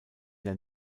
der